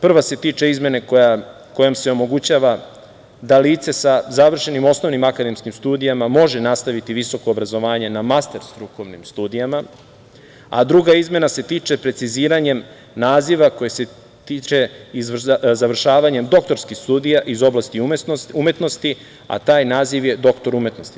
Prva se tiče izmene kojom se omogućava da lice sa završenim osnovnim akademskim studijama može nastaviti visoko obrazovanje na master strukovnim studijama, a druga izmena se tiče preciziranjem naziva koji se tiče završavanjem doktorskih studija iz oblasti umetnosti, a taj naziv je doktor umetnosti.